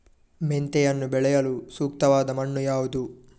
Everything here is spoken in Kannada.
ಮೆಂತೆಯನ್ನು ಬೆಳೆಯಲು ಸೂಕ್ತವಾದ ಮಣ್ಣು ಯಾವುದು?